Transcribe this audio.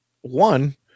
one